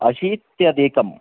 अशीत्यधिकम्